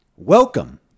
welcome